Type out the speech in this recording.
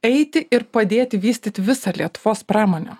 eiti ir padėti vystyti visą lietuvos pramonę